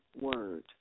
word